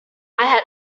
had